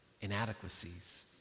inadequacies